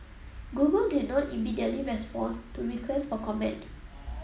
Google did not immediately respond to requests for comment